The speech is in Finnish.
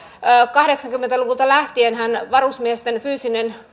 kahdeksankymmentä luvulta lähtienhän varusmiesten fyysinen